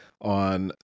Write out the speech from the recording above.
on